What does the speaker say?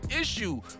issue